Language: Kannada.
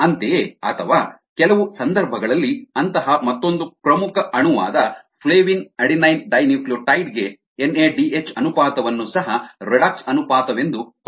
ಅಂತೆಯೇ ಅಥವಾ ಕೆಲವು ಸಂದರ್ಭಗಳಲ್ಲಿ ಅಂತಹ ಮತ್ತೊಂದು ಪ್ರಮುಖ ಅಣುವಾದ ಫ್ಲೇವಿನ್ ಅಡೆನೈನ್ ಡೈನ್ಯೂಕ್ಲಿಯೊಟೈಡ್ ಗೆ ಎನ್ಎಡಿಎಚ್ ಅನುಪಾತವನ್ನು ಸಹ ರೆಡಾಕ್ಸ್ ಅನುಪಾತವೆಂದು ಪರಿಗಣಿಸಲಾಗುತ್ತದೆ